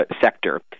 sector